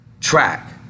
track